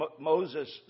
Moses